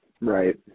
Right